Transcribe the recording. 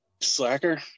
Slacker